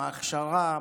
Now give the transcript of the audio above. ההכשרה,